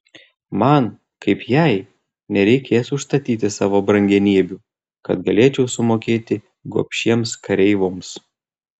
man kaip jai nereikės užstatyti savo brangenybių kad galėčiau sumokėti gobšiems kareivoms